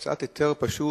הוצאת היתר פשוט,